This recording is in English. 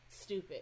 stupid